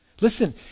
listen